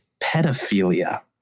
pedophilia